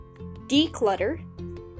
declutter